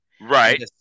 Right